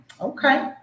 Okay